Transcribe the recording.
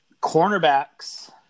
Cornerbacks